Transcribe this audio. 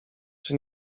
czy